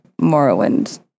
Morrowind